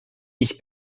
ich